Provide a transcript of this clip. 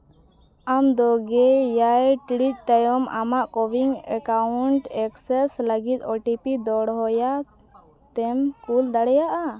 ᱟᱢ ᱠᱤ ᱜᱮ ᱮᱭᱟᱭ ᱴᱤᱬᱤᱡ ᱛᱟᱭᱚᱢ ᱟᱢᱟᱜ ᱠᱳᱵᱷᱤᱰ ᱮᱠᱟᱣᱩᱱᱴ ᱮᱠᱥᱮᱥ ᱞᱟᱹᱜᱤᱫ ᱳᱴᱤᱯᱤ ᱫᱚᱲᱦᱟ ᱛᱮᱢ ᱠᱩᱞ ᱫᱟᱲᱮᱭᱟᱜᱼᱟ